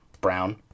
Brown